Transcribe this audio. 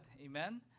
amen